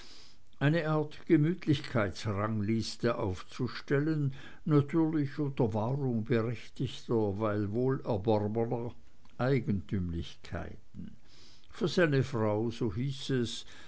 eine art gemütlichkeitsrangliste aufzustellen natürlich unter wahrung berechtigter weil wohlerworbener eigentümlichkeiten für seine frau so hieß es